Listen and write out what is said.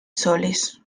soles